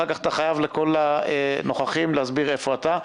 אחר כך אתה חייב לכל הנוכחים להסביר איפה אתה.